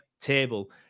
table